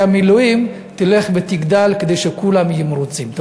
המילואים ילכו ויגדלו כדי שכולם יהיו מרוצים.